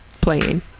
playing